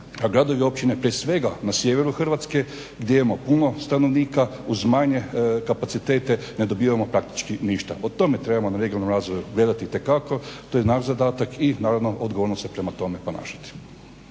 gradovi i općine prije svega na sjeveru Hrvatske gdje imamo puno stanovnika uz manje kapacitete ne dobivamo praktički ništa. O tome trebamo na regionalnom razvoju gledati itekako, to je naš zadatak i naravno odgovorno se prema tome ponašati.